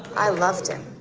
i loved him.